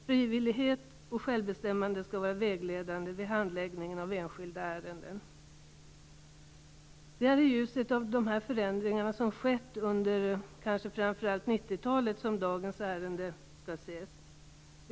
Frivillighet och självbestämmande skall vara vägledande vid handläggningen av enskilda ärenden. Det är i ljuset av de förändringar som har skett under kanske framför allt 1990-talet som dagens ärende skall ses.